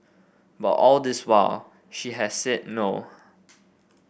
but all this while she has said no